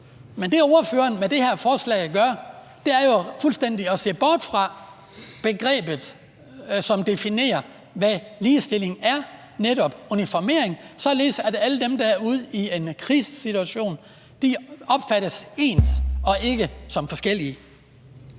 Men det, ordføreren gør med det her forslag, er jo fuldstændig at se bort fra begrebet, som definerer, hvad ligestilling er, netop uniformering, således at alle dem derude i en krigssituation opfattes ens og ikke som forskellige.